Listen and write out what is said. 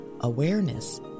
awareness